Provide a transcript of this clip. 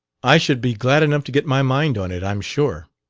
i should be glad enough to get my mind on it, i'm sure.